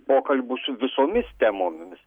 pokalbių su visomis temomis